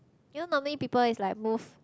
you know normally people is like move